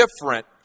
different